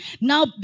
now